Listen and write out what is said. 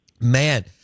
Man